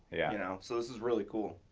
yeah you know so, this is really cool.